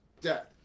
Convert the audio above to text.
death